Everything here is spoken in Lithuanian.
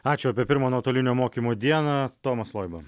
ačiū apie pirmą nuotolinio mokymo dieną tomas loiba